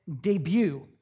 debut